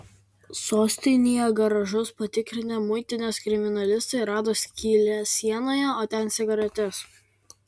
sostinėje garažus patikrinę muitinės kriminalistai rado skylę sienoje o ten cigaretės